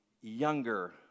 younger